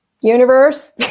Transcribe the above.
universe